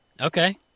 Okay